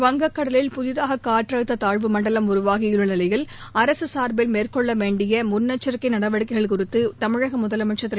வங்கக்கடலில் புதிதாக காற்றழுத்த தாழ்வு மண்டலம் உருவாகியுள்ள நிலையில் அரசு சார்பில் மேற்கொள்ள வேண்டிய முன்னெச்சிக்கை நடவடிக்கைகள் குறித்து தமிழக முதலனமச்சர் திரு